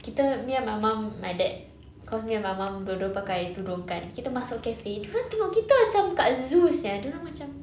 kita me and my mum my dad cause me and my mum dua-dua pakai tudung kan kita masuk cafe dia orang tengok kita macam kat zoo sia dia orang macam